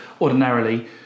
Ordinarily